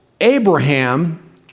Abraham